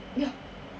ya